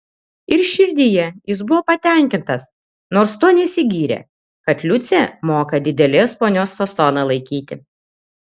ir širdyje jis buvo patenkintas nors tuo nesigyrė kad liucė moka didelės ponios fasoną laikyti